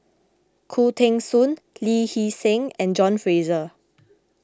Khoo Teng Soon Lee Hee Seng and John Fraser